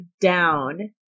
down